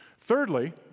Thirdly